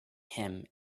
him